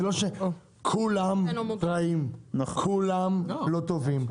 זה לא שכולם רעים, לא כולם לא טובים.